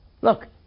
look